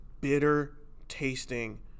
bitter-tasting